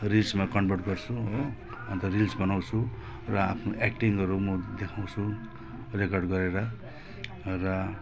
रिल्समा convert गर्छु हो अन्त रिल्स बनाउँछु र आफ्नो एक्टिङहरू म देखाउँछु रेकर्ड गरेर र